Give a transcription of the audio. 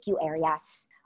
areas